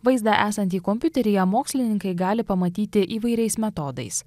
vaizdą esantį kompiuteryje mokslininkai gali pamatyti įvairiais metodais